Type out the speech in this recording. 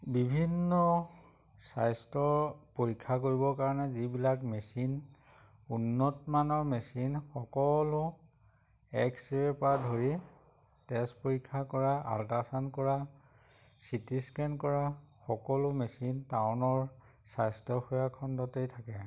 বিভিন্ন স্বাস্থ্য পৰীক্ষা কৰিবৰ কাৰণে যিবিলাক মেচিন উন্নতমানৰ মেচিন সকলো এক্স ৰে'ৰ পৰা ধৰি তেজ পৰীক্ষা কৰা আল্ট্ৰাচাউণ্ড কৰা চিটি স্কেন কৰা সকলো মেচিন টাউনৰ স্বাস্থ্যসেৱা খণ্ডতেই থাকে